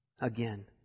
again